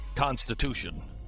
constitution